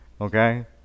Okay